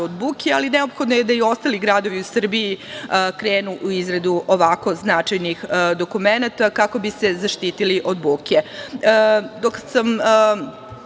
od buke, ali neophodno je da i ostali gradovi u Srbiji krenu u izradu ovako značajnih dokumenata kako bi se zaštitili od buke. Dok